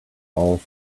all